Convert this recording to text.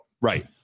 right